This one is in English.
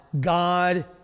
God